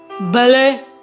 Belle